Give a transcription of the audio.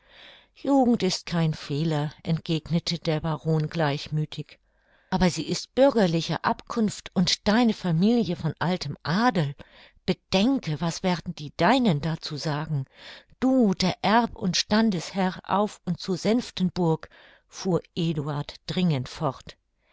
jugend ist kein fehler entgegnete der baron gleichmüthig aber sie ist bürgerlicher abkunft und deine familie von altem adel bedenke was werden die deinen dazu sagen du der erb und standesherr auf und zu senftenburg fuhr eduard dringend fort